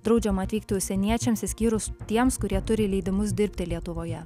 draudžiama atvykti užsieniečiams išskyrus tiems kurie turi leidimus dirbti lietuvoje